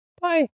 Bye